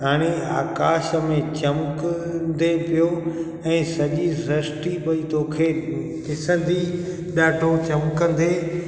हाणे आकाश में चमकंदे पियो ऐं सॼी दृष्टि भई तोखे ॾिसंदी ॾाढो चमकंदे